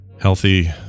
healthy